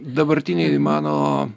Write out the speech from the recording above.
dabartinėj mano